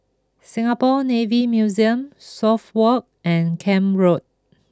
Singapore Navy Museum Suffolk Walk and Camp Road